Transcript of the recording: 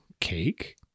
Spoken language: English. Cake